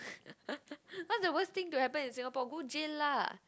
what's the worst thing to happen in Singapore go jail lah